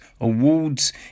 awards